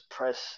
Press